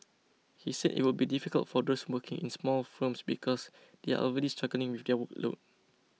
he said it would be difficult for those working in small firms because they are already struggling with their workload